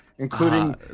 including